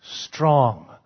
Strong